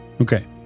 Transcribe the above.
Okay